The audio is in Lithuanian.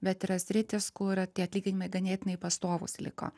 bet yra sritys kur tie atlyginimai ganėtinai pastovūs liko